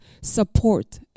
support